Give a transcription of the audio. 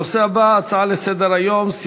הנושא הבא הוא הצעות לסדר-היום בנושא: